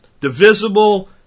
divisible